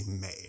made